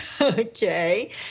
okay